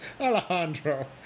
Alejandro